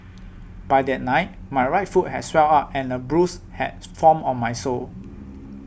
by that night my right foot had swelled up and a bruise had formed on my sole